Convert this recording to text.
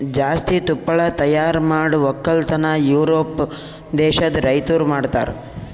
ಜಾಸ್ತಿ ತುಪ್ಪಳ ತೈಯಾರ್ ಮಾಡ್ ಒಕ್ಕಲತನ ಯೂರೋಪ್ ದೇಶದ್ ರೈತುರ್ ಮಾಡ್ತಾರ